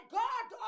god